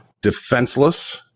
defenseless